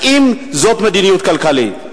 האם זו מדיניות כלכלית?